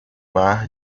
bar